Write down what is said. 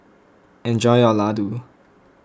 enjoy your Laddu